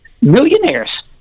millionaires